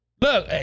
Look